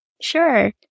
Sure